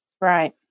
Right